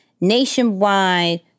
nationwide